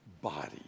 body